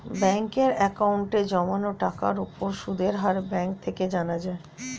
ব্যাঙ্কের অ্যাকাউন্টে জমানো টাকার উপর সুদের হার ব্যাঙ্ক থেকে জানা যায়